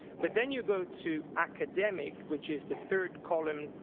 but then you go to academic, which is the third column,